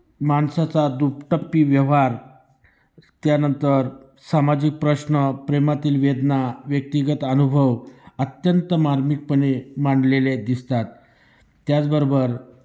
माणसाचा दुटप्पी व्यवहार त्यानंतर सामाजिक प्रश्न प्रेमातील वेदना व्यक्तिगत अनुभव अत्यंत मार्मिकपणे मांडलेले दिसतात त्याचबरोबर